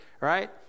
right